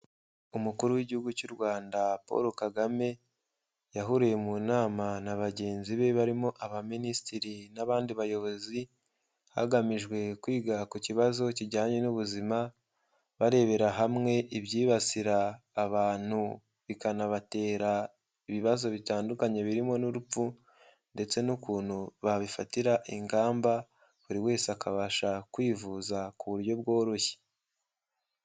Umukuru w'igihugu cy'u Rwanda Paul Kagame, yahuriye mu nama na bagenzi be barimo abaminisitiri n'abandi bayobozi, hagamijwe kwiga ku kibazo kijyanye n'ubuzima, barebera hamwe ibyibasira abantu bikanabatera ibibazo bitandukanye birimo n'urupfu, ndetse n'ukuntu babifatira ingamba buri wese akabasha kwivuza ku buryo bworoshye.